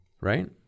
right